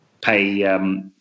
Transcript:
pay